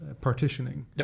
partitioning